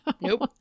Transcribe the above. Nope